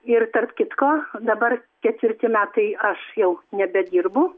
ir tarp kitko dabar ketvirti metai aš jau nebedirbu